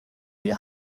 wir